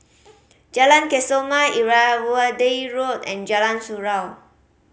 Jalan Kesoma Irrawaddy Road and Jalan Surau